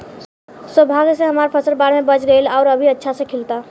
सौभाग्य से हमर फसल बाढ़ में बच गइल आउर अभी अच्छा से खिलता